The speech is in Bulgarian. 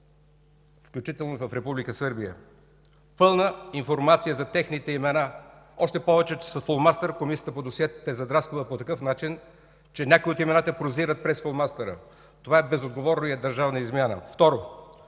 включително и в Република Сърбия. Пълна информация за техните имена! Още повече че с флумастер Комисията по досиетата е задрасквала по такъв начин, че някои от имената прозират през флумастера. Това е безотговорно и е държавна измяна! Второ,